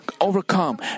overcome